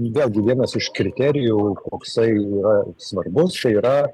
vėlgi vienas iš kriterijų koksai yra svarbus čia yra